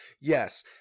Yes